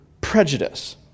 prejudice